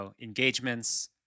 engagements